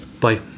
bye